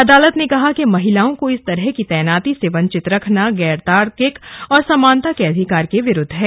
अदालत ने कहा कि महिलाओं को इस तरह की तैनाती से वंचित रखना गैर तार्किक और समानता के अधिकार के विरूद्व है